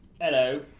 Hello